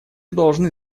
должны